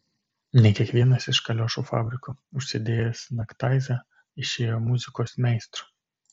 ne kiekvienas iš kaliošų fabriko užsidėjęs naktaizą išėjo muzikos meistru